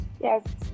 Yes